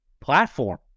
platform